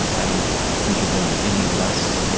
i don't think of them any less. you